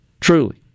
Truly